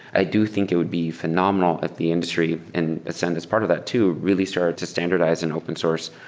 i do think it would be phenomenal if the industry, and ascend is part of that too, really start to standardize an open source.